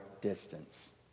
distance